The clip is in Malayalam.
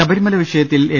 ശബരിമല വിഷയത്തിൽ എൽ